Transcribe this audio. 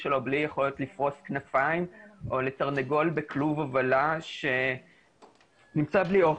שלו בלי יכולת לפרוס כנפיים או לתרנגול בכלוב הובלה שנמצא בלי אור.